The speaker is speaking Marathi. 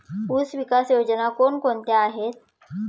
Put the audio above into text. ऊसविकास योजना कोण कोणत्या आहेत?